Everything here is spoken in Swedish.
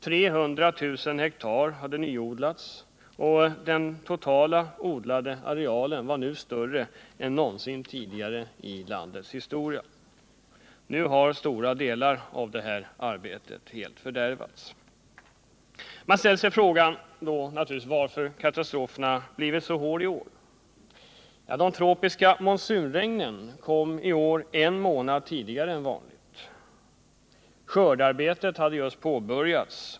300 000 hektar hade nyodlats, och den totala odlade arealen var större än någonsin tidigare i landets historia. Nu har stora delar av detta arbete helt fördärvats. Man ställer sig frågan varför katastrofen blivit så hård i år. De tropiska monsunregnen kom i år en månad tidigare än vanligt. Skördearbetet hade just påbörjats.